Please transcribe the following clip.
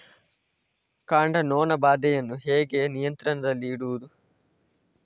ಕಾಂಡ ನೊಣ ಬಾಧೆಯನ್ನು ಹೇಗೆ ನಿಯಂತ್ರಣದಲ್ಲಿಡುವುದು?